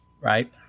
right